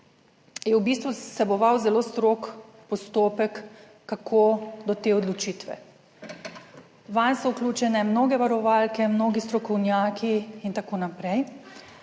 v bistvu vseboval zelo strog postopek, kako do te odločitve. Vanj so vključene mnoge varovalke, mnogi strokovnjaki in tako naprej,